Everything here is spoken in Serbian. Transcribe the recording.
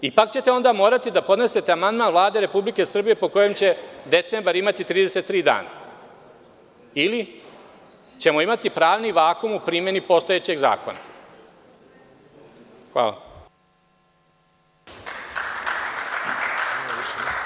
Ipak ćete onda morati da podnesete amandman Vlade Republike Srbije po kojem će decembar imati 33 dana ili ćemo imati pravni vakum u primeni postojećih zakona. hvala.